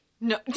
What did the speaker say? No